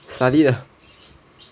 study lah